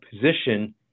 position